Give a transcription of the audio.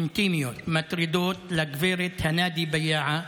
אינטימיות, מטרידות, לגברת הנאדי ביאעה,